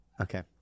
Okay